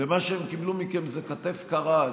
ומה שהם קיבלו מכם זה כתף קרה,